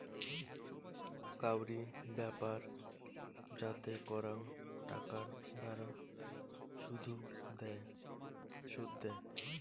কাউরি ব্যাপার যাতে করাং টাকার দ্বারা শুধ দেয়